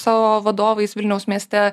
savo vadovais vilniaus mieste